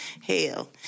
Hell